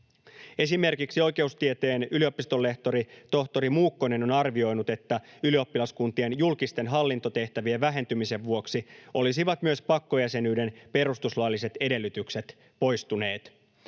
Esimerkiksi oikeustieteen yliopistonlehtori, tohtori Muukkonen on arvioinut, että ylioppilaskuntien julkisten hallintotehtävien vähentymisen vuoksi olisivat myös pakkojäsenyyden perustuslailliset edellytykset poistuneet.